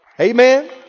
Amen